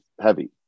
heavy